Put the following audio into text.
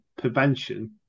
prevention